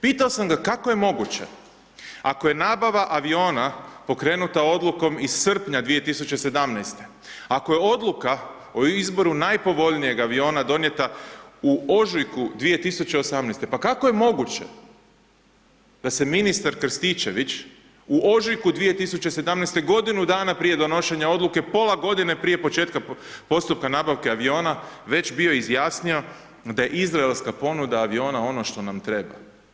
Pitao sam ga kako je moguće ako je nabava aviona pokrenuta odlukom iz srpnja 2017., ako je odluka o izboru o najpovoljnijeg aviona donijeta u ožujku 2018., pa kako je moguće da se ministar Krstičević u ožujku 2017., godinu dana prije donošenja odluke, pola godine prije početka postupka nabavke aviona već bio izjasnio da je izraelska ponuda aviona ono što nam treba.